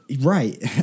Right